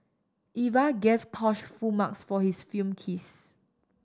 Eva gave Tosh full marks for his film kiss